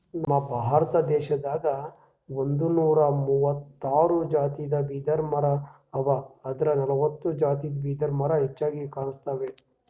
ನಮ್ ಭಾರತ ದೇಶದಾಗ್ ಒಂದ್ನೂರಾ ಮೂವತ್ತಾರ್ ಜಾತಿದ್ ಬಿದಿರಮರಾ ಅವಾ ಆದ್ರ್ ನಲ್ವತ್ತ್ ಜಾತಿದ್ ಬಿದಿರ್ಮರಾ ಹೆಚ್ಚಾಗ್ ಕಾಣ್ಸ್ತವ್